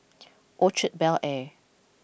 Orchard Bel Air